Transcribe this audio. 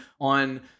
on